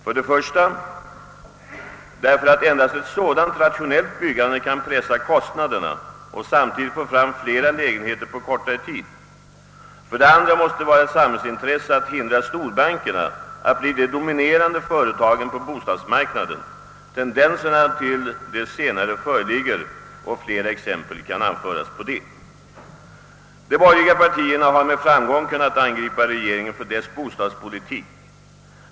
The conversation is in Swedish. För det första därför att endast ett sådant rationellt byggande kan pressa kostnaderna och samtidigt göra det möjligt att få fram fler lägenheter på kortare tid. För det andra måste det vara ett samhällsintresse att hindra storbankerna från att bli de dominerande företagen på bostadsmarknaden. Tendenser till det senare föreligger. Härpå kan färska exempel anföras. De borgerliga partierna har med framgång kunnat angripa regeringen för dess bostadspolitik.